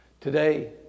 Today